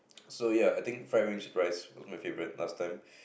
so ya I think fried wings with rice was my favourite last time